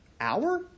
hour